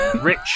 Rich